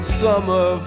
summer